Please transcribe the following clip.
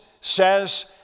says